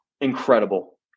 incredible